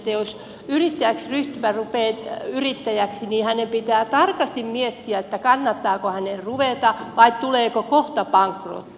jos joku rupeaa yrittäjäksi niin hänen pitää tarkasti miettiä kannattaako hänen ruveta vai tuleeko kohta bankrotti